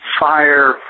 fire